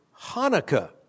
Hanukkah